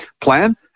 plan